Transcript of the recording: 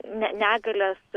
ne negalės